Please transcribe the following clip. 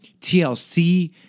TLC